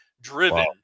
driven